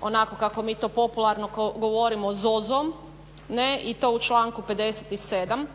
onako kako mi to popularno govorimo ZOZO-m i to u članku 57.